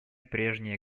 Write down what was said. прежние